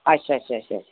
अच्छा अच्छा अच्छा